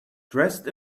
dressed